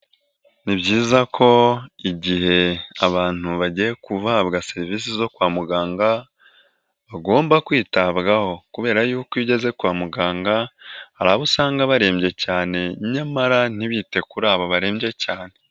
Ni byiza ko igihe abantu bagiye guhabwa serivisi zo kwa muganga bagomba kwitabwaho kubera y'uko iyo ugeze kwa muganga hari abo usanga barembye cyane nyamara ntibite kuri abo barembye cyane.